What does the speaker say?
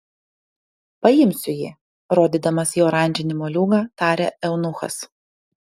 paimsiu jį rodydamas į oranžinį moliūgą tarė eunuchas